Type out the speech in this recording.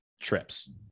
trips